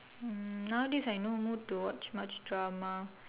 hmm nowadays I no mood to watch much drama